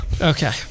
okay